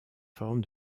forme